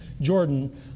Jordan